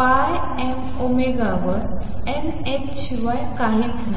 pi m omega वर n h शिवाय काहीच नाही